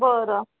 बरं